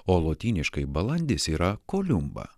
o lotyniškai balandis yra koliumba